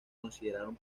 consideraron